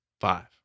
five